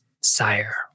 sire